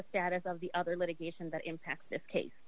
the status of the other litigation that impacts this case